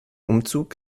umzug